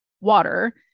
water